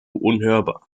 unhörbar